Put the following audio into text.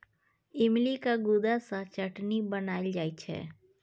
इमलीक गुद्दा सँ चटनी बनाएल जाइ छै